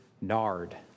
nard